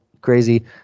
crazy